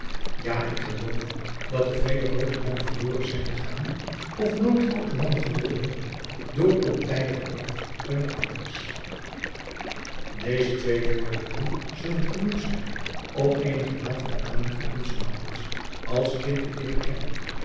ja ik geloof dat er vele groote mannen verloren zijn gegaan of nooit groote mannen geworden door ontijdigen lof hunner ouders deze twee voorbeelden zullen genoeg zijn om eenigermate den aanleg van onzen maurits als kind te leeren kennen